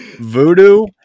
Voodoo